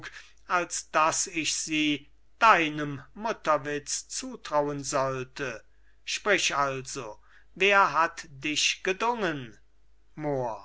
als daß ich sie deinem mutterwitz zutrauen sollte sprich also wer hat dich gedungen mohr